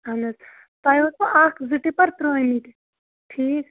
اَہَن حظ تۄہہِ اوسوٕ اکھ زٕ ٹِپَر ترٛٲمٕتۍ ٹھیٖک